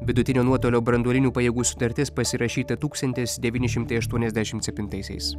vidutinio nuotolio branduolinių pajėgų sutartis pasirašyta tūkstantis devyni šimtai aštuoniasdešimt septintaisiais